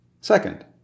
Second